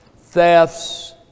thefts